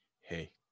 Hey